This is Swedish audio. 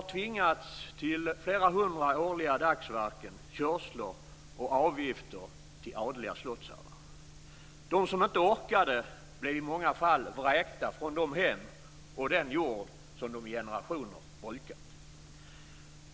De tvingades tidigare till flera hundra årliga dagsverken, körslor och avgifter till adliga slottsherrar. De som inte orkade blev i många fall vräkta från sina hem och från den jord som de i generationer brukat.